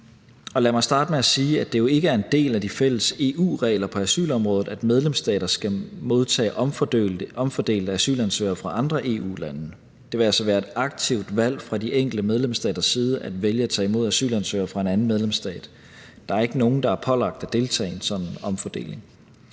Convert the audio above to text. lad mig starte med at sige, at det jo ikke er en del af de fælles EU-regler på asylområdet, at medlemsstater skal modtage omfordelte asylansøgere fra andre EU-lande. Det vil altså være et aktivt valg fra de enkelte medlemsstaters side at vælge at tage imod asylansøgere fra en anden medlemsstat. Der er ikke nogen, der er pålagt at deltage i en sådan omfordeling.